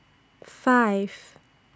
five